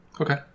Okay